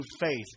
faith